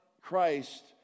Christ